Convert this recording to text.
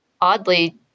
oddly